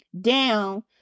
down